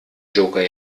joker